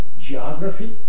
geography